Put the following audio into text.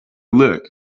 look